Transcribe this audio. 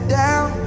down